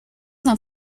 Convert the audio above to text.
not